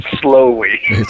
slowly